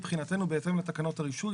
מבחינתנו בהתאם לתקנות הרישוי,